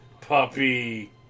puppy